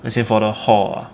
as in for the hall ah